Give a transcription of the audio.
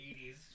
80s